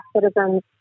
citizens